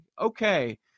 okay